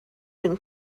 been